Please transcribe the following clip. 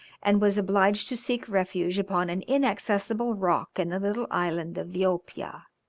and was obliged to seek refuge upon an inaccessible rock in the little island of viopia,